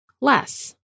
less